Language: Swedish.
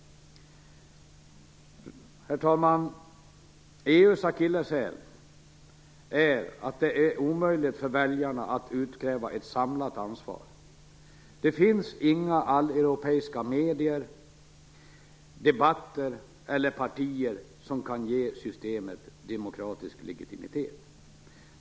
Herr talman! EU:s akilleshäl är att det är omöjligt för väljarna att utkräva ett samlat ansvar. Det finns inga alleuropeiska medier, debatter eller partier som kan ge systemet demokratisk legitimitet.